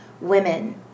women